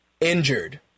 Injured